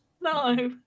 No